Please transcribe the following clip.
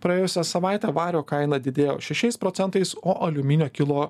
praėjusią savaitę vario kaina didėjo šešiais procentais o aliuminio kilo